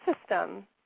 system